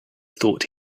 thought